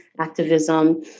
activism